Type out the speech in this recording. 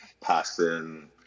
passing